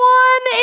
one